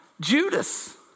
Judas